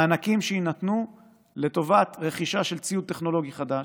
מענקים שיינתנו לטובת רכישה של ציוד טכנולוגי חדש,